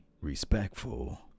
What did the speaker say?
respectful